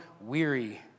weary